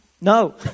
no